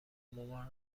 مامان